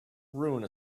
ruin